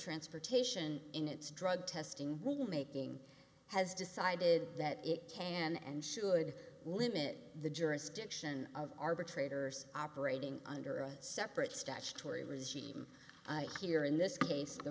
transportation in its drug testing rule making has decided that it can and should limit the jurisdiction of arbitrators operating under a separate statutory regime here in this case the